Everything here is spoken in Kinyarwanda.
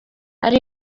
ari